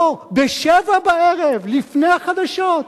לא, ב-19:00, לפני החדשות.